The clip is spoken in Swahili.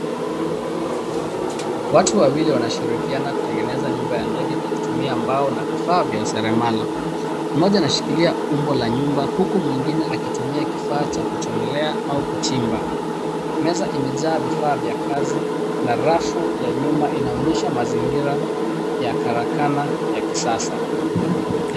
Watu wawili wanashirikiana kutengeneza nyumba ya ndege kwa kutumia mbao na vifaa vya useremala. Moja anashikilia umbo la nyumba huku mwingine akitumia kifaa cha kuchomelea au kuchimba. Meza imejaa vifaa vya kazi na rafu ya nyuma inaonyesha mazingira ya karakana ya kisasa.